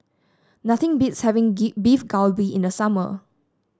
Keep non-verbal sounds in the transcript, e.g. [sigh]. nothing beats having [unintelligible] Beef Galbi in the summer